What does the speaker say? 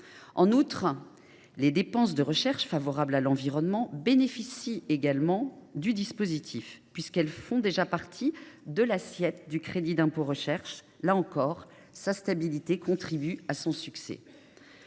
En outre, les dépenses de recherche favorables à l’environnement bénéficient déjà du dispositif, puisqu’elles font partie de l’assiette du crédit d’impôt recherche. Là encore, sa stabilité contribue à son succès.